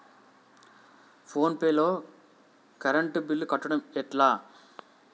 Phone pay లో current bill కట్టడం ఎట్లా?